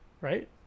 Right